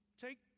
take